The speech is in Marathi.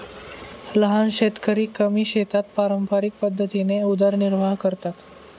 लहान शेतकरी कमी शेतात पारंपरिक पद्धतीने उदरनिर्वाह करतात